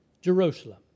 Jerusalem